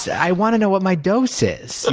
i want to know what my dose is. and